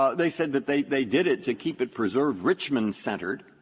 they said that they they did it to keep it preserved richmond centered.